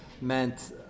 meant